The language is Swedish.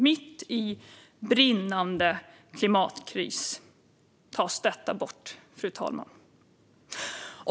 Mitt i brinnande klimatkris tas detta bort.